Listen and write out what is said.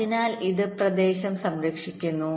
അതിനാൽ ഇത് പ്രദേശം സംരക്ഷിക്കുന്നു